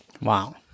Wow